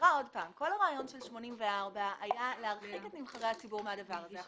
כל הרעיון של 84 היה להרחיק את נבחרי הציבור מהדבר הזה.